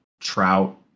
Trout